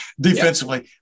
Defensively